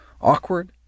awkward